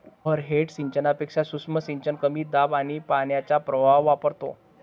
overhead सिंचनापेक्षा सूक्ष्म सिंचन कमी दाब आणि पाण्याचा प्रवाह वापरतो